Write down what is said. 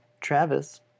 Travis